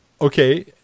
Okay